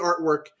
artwork